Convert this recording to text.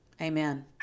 Amen